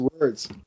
words